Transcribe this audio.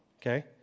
okay